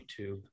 YouTube